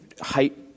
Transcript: height